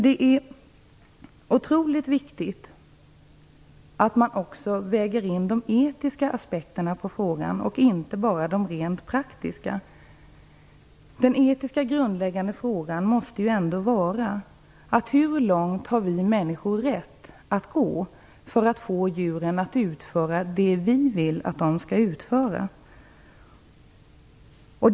Det är otroligt viktigt att man också väger in de etiska aspekterna på frågan och inte bara de rent praktiska. Den etiska grundläggande frågan måste ändå vara hur långt vi människor har rätt att gå för att få djuren att utföra det vi vill att de skall utföra.